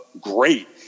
Great